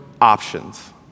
options